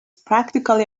practically